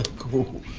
cool.